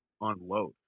unload